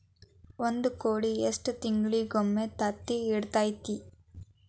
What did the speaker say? ಒಂದ್ ಕೋಳಿ ಎಷ್ಟ ತಿಂಗಳಿಗೊಮ್ಮೆ ತತ್ತಿ ಇಡತೈತಿ?